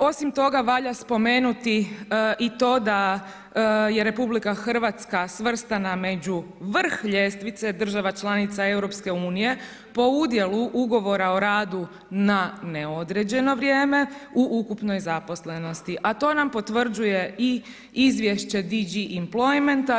Osim toga, valja spomenuti i to da je RH svrstana među vrh ljestvice država članica EU po udjelu ugovora o radu na neodređeno vrijeme u ukupnoj zaposlenosti, a to nam potvrđuje i izvješće ...